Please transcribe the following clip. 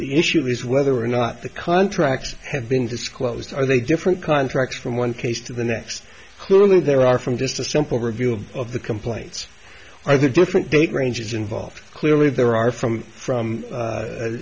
the issue is whether or not the contracts have been disclosed are they different contracts from one case to the next clearly there are from just a simple review of the complaints are the different date ranges involved clearly there are from from